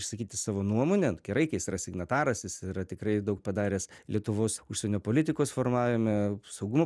išsakyti savo nuomonę gerai kai jis yra signataras jis yra tikrai daug padaręs lietuvos užsienio politikos formavime saugumo